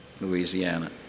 Louisiana